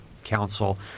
Council